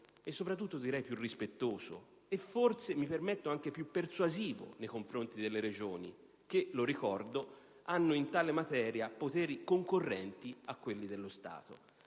e, soprattutto, direi più rispettoso e, forse, mi permetto, anche più persuasivo nei confronti delle Regioni che, lo ricordo, hanno in tale materia poteri concorrenti a quelli dello Stato.